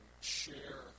share